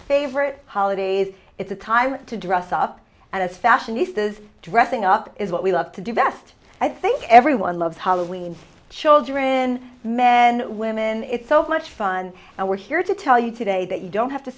favorite holidays it's a time to dress up and fashionistas dressing up is what we love to do best i think everyone loves hala when children men and women it's so much fun and we're here to tell you today that you don't have to